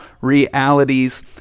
realities